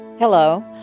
Hello